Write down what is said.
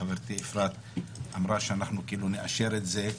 חברתי אפרת אמרה שאנחנו כאילו נאשר את זה,